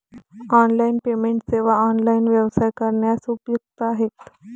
online payment सेवा online व्यवसाय करण्यास उपयुक्त आहेत